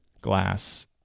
glass